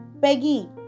Peggy